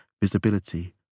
visibility